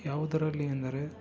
ಯಾವುದರಲ್ಲಿ ಎಂದರೆ